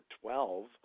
twelve